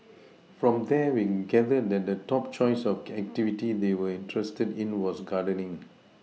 from there we gathered that the top choice of activity they were interested in was gardening